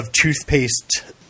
toothpaste